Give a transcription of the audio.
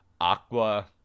aqua